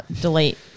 delete